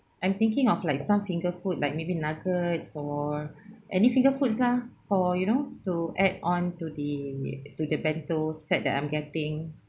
I'm thinking of like some finger food like maybe nuggets or any finger foods lah for you know to add on to the to the bento set that I'm getting